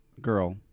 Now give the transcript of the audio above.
girl